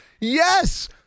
yes